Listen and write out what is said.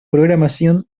programación